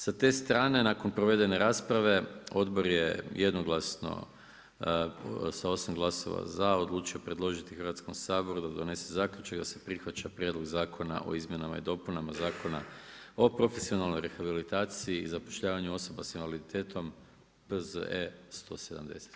Sa te strane nakon provedene rasprave odbor je jednoglasno sa 8 glasova za, odlučio predložiti Hrvatskom saboru da donese zaključak da se prihvaća Prijedlog zakona i izmjenama i dopunama Zakona o profesionalnoj rehabilitaciji i zapošljavanju osoba s invaliditetom, P.Z.E. br. 170.